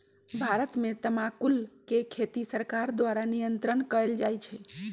भारत में तमाकुल के खेती सरकार द्वारा नियन्त्रण कएल जाइ छइ